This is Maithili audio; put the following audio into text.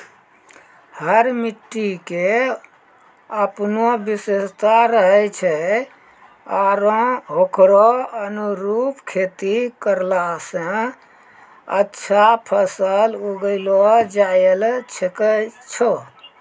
हर मिट्टी के आपनो विशेषता रहै छै आरो होकरो अनुरूप खेती करला स अच्छा फसल उगैलो जायलॅ सकै छो